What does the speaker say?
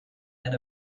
and